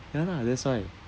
ya lah that's why